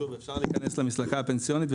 אפשר להיכנס למסלקה הפנסיונית,